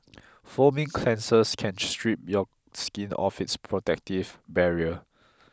foaming cleansers can strip your skin of its protective barrier